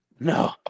No